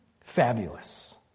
Fabulous